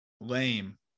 lame